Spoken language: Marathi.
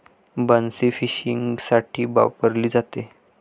बन्सी फिशिंगसाठी वापरली जाते